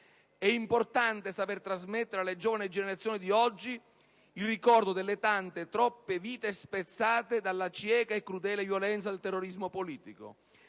È importante saper trasmettere alle giovani generazioni di oggi il ricordo delle tante, troppe vite spezzate dalla cieca e crudele violenza del terrorismo politico.